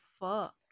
fuck